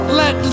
let